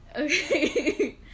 Okay